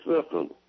system